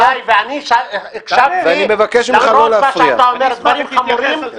הוא התייחס אלי ואני הקשבתי למרות מה שאתה אומר דברים חמורים.